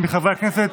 ומחברי הכנסת,